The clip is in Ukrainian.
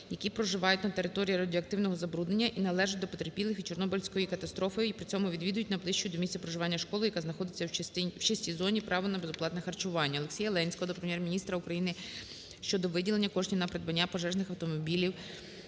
які проживають на території радіоактивного забруднення і належать до потерпілих від Чорнобильської катастрофи й при цьому відвідують найближчу до місця проживання школу, яка знаходиться у чистій зоні, право на безоплатне харчування. Олексія Ленського до Прем'єр-міністра України щодо виділення коштів на придбання пожежних автомобілів